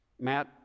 Matt